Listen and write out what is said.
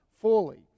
fully